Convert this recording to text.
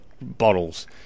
bottles